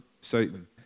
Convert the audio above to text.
Satan